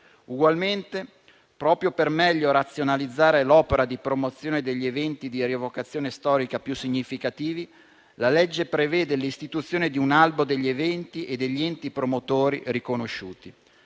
Ugualmente, proprio per meglio razionalizzare l'opera di promozione degli eventi di rievocazione storica più significativi, la legge prevede l'istituzione di un albo degli eventi e degli enti promotori riconosciuti.